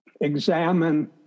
examine